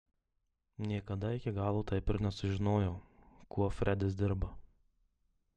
niekada iki galo taip ir nesužinojau kuo fredis dirba